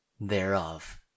thereof